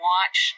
Watch